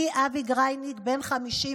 אני, אבי גרייניק, בן 51,